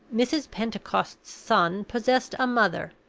mrs. pentecost's son possessed a mother,